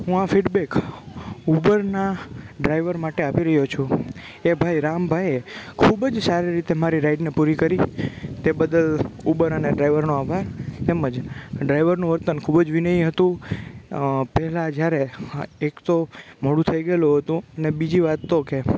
હું આ ફિડબેક ઉબરના ડ્રાઈવર માટે આપી રહ્યો છું એ ભાઈ રામભાઈએ ખૂબ જ સારી રીતે મારી રાઈડને પૂરી કરી તે બદલ ઉબર અને ડ્રાઈવરનો આભાર તેમજ ડ્રાઈવરનું વર્તન ખૂબ જ વિનયી હતું પહેલાં જ્યારે એક તો મોડું થઈ ગયેલું હતું ને બીજી વાત તો કે